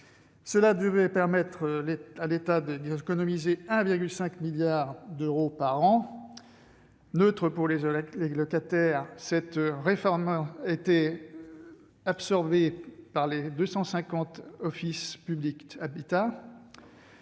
devait permettre à l'État d'économiser 1,5 milliard d'euros par an. Neutre pour les locataires, cette réforme devait être absorbée par les 254 offices publics de l'habitat.